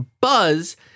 Buzz